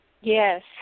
Yes